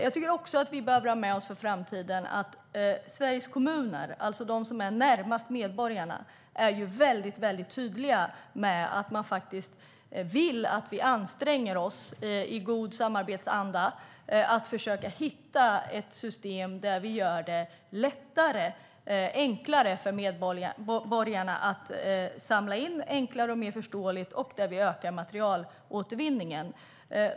Vi behöver också ha med oss att Sveriges kommuner, som är närmast medborgarna, är mycket tydliga med att de vill att vi anstränger oss i god samarbetsanda för att försöka hitta ett insamlingssystem som är enklare och mer förståeligt för medborgarna och som ökar materialåtervinningen.